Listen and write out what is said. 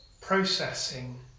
processing